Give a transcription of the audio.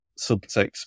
subtext